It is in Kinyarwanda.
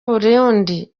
burundi